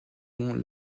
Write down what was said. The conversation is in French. monts